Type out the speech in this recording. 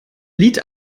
lied